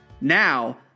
Now